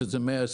שזה 120,